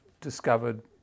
discovered